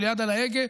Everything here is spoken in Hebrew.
של יד על ההגה,